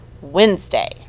Wednesday